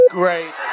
great